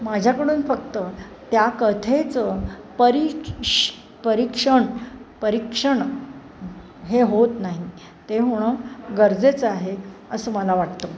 माझ्याकडून फक्त त्या कथेचं परी परीक्षण परीक्षण हे होत नाही ते होणं गरजेचं आहे असं मला वाटतं